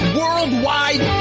worldwide